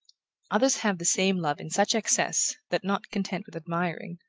others have the same love in such excess, that, not content with admiring,